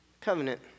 covenant